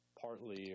partly